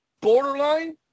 borderline